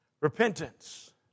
Repentance